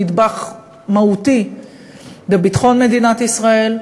נדבך מהותי בביטחון מדינת ישראל,